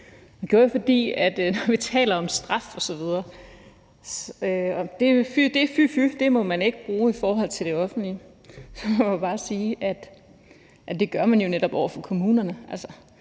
der er lavet med KL. Når vi taler om straf osv., er det fy fy, altså, det må man ikke bruge i forhold til det offentlige. Der må jeg bare sige, at det gør man jo netop over for kommunerne;